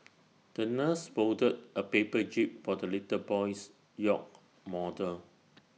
the nurse folded A paper jib for the little boy's yacht model